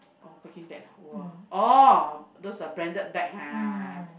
oh Birkin bag ah !wah! orh those uh branded bag ha